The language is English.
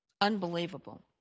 Unbelievable